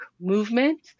movement